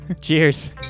Cheers